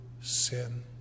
sin